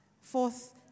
Fourth